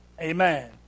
Amen